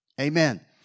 Amen